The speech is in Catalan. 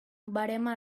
verema